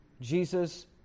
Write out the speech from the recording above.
Jesus